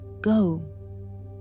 Go